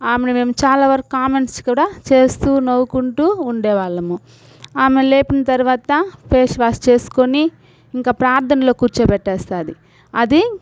ఆమెను మేము చాలా వరకు కామెంట్స్ కూడా చేస్తూ నవ్వుకుంటూ ఉండేవాళ్ళము ఆమె లేపిన తరువాత పేస్ వాష్ చేసుకొని ఇంక ప్రార్ధనలో కూర్చోబెట్టేస్తుంది అది